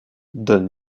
donne